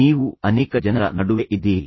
ನೀವು ಅನೇಕ ಜನರ ನಡುವೆ ಇದ್ದೀರಿ